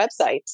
websites